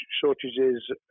shortages